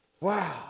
Wow